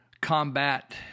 combat